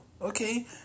okay